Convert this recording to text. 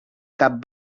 cap